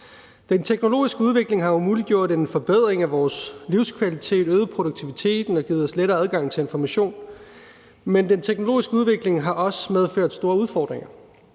Den teknologiske udvikling har jo muliggjort en forbedring af vores livskvalitet, øget produktiviteten og givet os lettere adgang til information. Men den teknologiske udvikling har også medført store udfordringer.